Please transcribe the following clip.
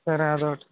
సరే అదొకటి